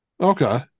Okay